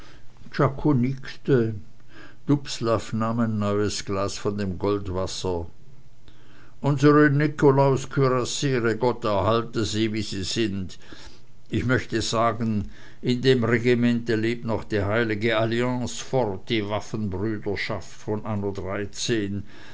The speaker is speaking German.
ein neues glas von dem goldwasser unsre nikolaus kürassiere gott erhalte sie wie sie sind ich möchte sagen in dem regimente lebt noch die heilige alliance fort die waffenbrüderschaft von anno dreizehn